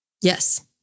Yes